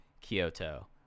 Kyoto